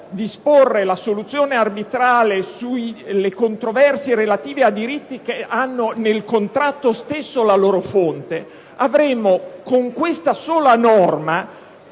disporre la soluzione arbitrale sulle controversie relative a diritti che hanno nel contratto stesso la loro sola fonte, avremmo con questa sola norma